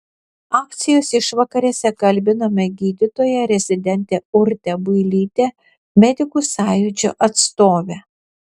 akcijos išvakarėse kalbinome gydytoją rezidentę urtę builytę medikų sąjūdžio atstovę